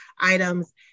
items